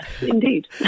indeed